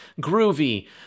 Groovy